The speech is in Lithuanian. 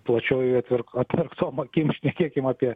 plačiojoj atverk atmerktom akim šnekėkim apie